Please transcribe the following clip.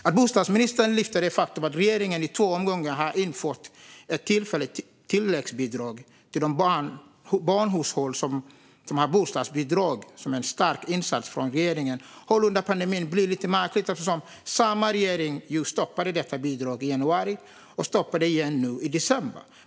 Att bostadsministern lyfter fram att regeringen under pandemin i två omgångar har infört ett tillfälligt tilläggsbidrag till de barnhushåll som har bostadsbidrag som en stark insats blir lite märkligt eftersom samma regering ju stoppade detta bidrag i januari och stoppar det igen nu i december.